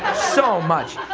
so much.